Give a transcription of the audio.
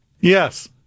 Yes